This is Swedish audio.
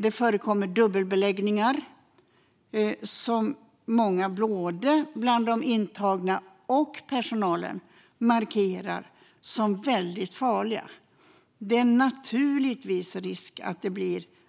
Det förekommer dubbelbeläggningar som många, både bland de intagna och bland personalen, markerar som väldigt farliga. Dubbelbeläggningarna innebär naturligtvis en risk för att